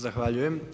Zahvaljujem.